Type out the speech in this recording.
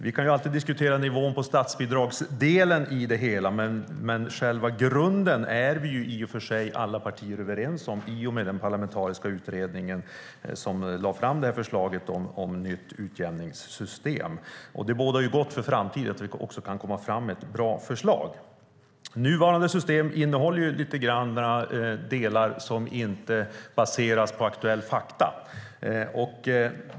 Vi kan ju alltid diskutera nivån på statsbidragsdelen i det hela, men själva grunden är vi alla partier i och för sig överens om i och med den parlamentariska utredningen som lade fram förslaget om nytt utjämningssystem. Det bådar gott för framtiden, att vi kan komma fram med ett bra förslag. Nuvarande system innehåller en del delar som inte baseras på aktuella fakta.